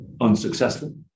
unsuccessful